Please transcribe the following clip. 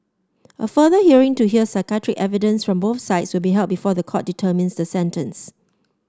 a further hearing to hear psychiatric evidence from both sides will be held before the court determines the sentence